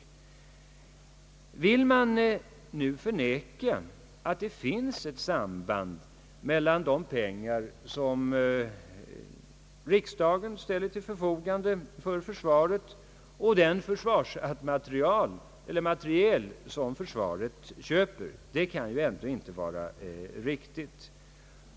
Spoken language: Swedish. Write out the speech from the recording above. Vill man verkligen förneka att det finns ett samband mellan de pengar som riksdagen ställer till förfogande för försvaret och den försvarsmateriel som försvaret köper? Det kan ändå inte vara riktigt.